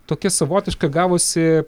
tokia savotiška gavosi